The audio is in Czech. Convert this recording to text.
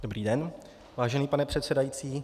Dobrý den, vážený pane předsedající.